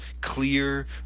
clear